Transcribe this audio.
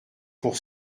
pour